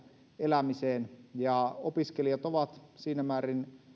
elämiseen opiskelijat ovat kuitenkin siinä määrin